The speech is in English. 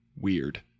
weird